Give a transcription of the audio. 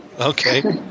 Okay